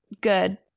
good